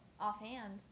offhand